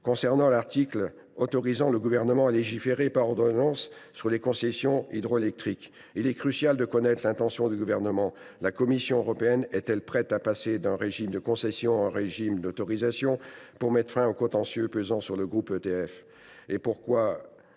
qui est de l’article autorisant le Gouvernement à légiférer par ordonnance sur les concessions hydroélectriques, il est crucial de connaître l’intention du Gouvernement. La Commission européenne est elle prête à passer d’un régime de concession à un régime d’autorisation, pour mettre fin au contentieux impliquant le groupe EDF ? Et pourquoi